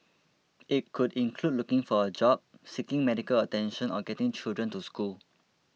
it could include looking for a job seeking medical attention or getting children to school